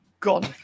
Gone